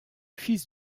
fils